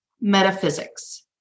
metaphysics